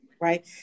right